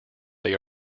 they